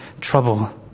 trouble